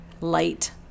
Light